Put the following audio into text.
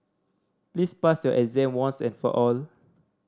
please pass your exam once and for all